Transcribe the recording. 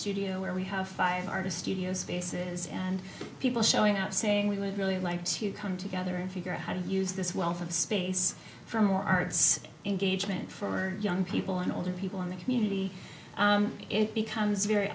studio where we have five artist studio spaces and people showing up saying we would really like to come together and figure out how to use this wealth of space for more arts engagement for young people and older people in the community it becomes very